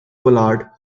pollard